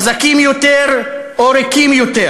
חזקים יותר או ריקים יותר?